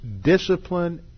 discipline